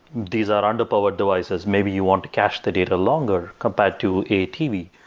these are underpowered devices, maybe you want to cache the data longer compared to a tv.